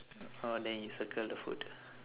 oh then you circle the foot